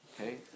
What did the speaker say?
Okay